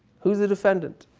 who is the defendant,